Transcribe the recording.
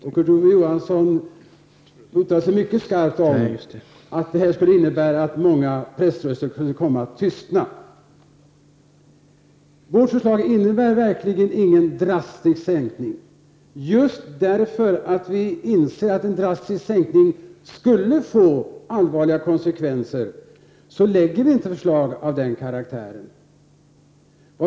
Kurt Ove Johansson uttalar sig mycket skarpt när han säger att detta innebär att många pressröster skulle komma att tystna. Vårt förslag innebär verkligen ingen drastisk sänkning. Just för att vi inser att en drastisk sänkning skulle få allvarliga konsekvenser, lägger vi inte fram förslag av den karaktären.